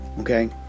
Okay